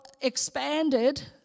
expanded